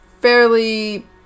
fairly